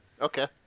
Okay